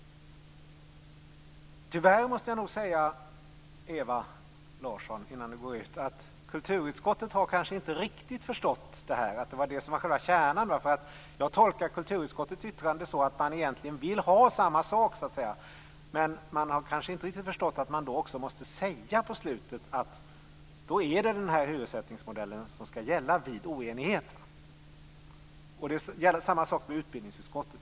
Tyvärr måste jag nog säga till Ewa Larsson, innan hon går ut, att kulturutskottet kanske inte riktigt har förstått att detta var själva kärnan. Jag tolkar kulturutskottets yttrande så att man egentligen vill ha samma sak, men kanske inte riktigt har förstått att man då också måste säga på slutet att det är den här hyressättningsmodellen som skall gälla vid oenighet. Samma sak gäller utbildningsutskottet.